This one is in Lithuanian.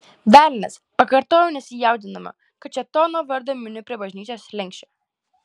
velnias pakartojau nesijaudindama kad šėtono vardą miniu prie bažnyčios slenksčio